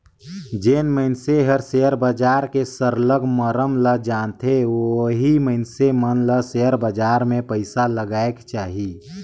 जेन मइनसे हर सेयर बजार के सरलग मरम ल जानथे ओही मइनसे मन ल सेयर बजार में पइसा लगाएक चाही